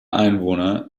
einwohner